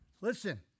listen